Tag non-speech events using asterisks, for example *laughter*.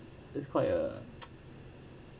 that's quite a *noise*